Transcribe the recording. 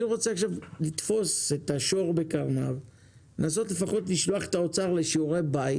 אני רוצה לתפוס את השור בקרניו ולנסות לפחות לשלוח את האוצר לשיעורי בית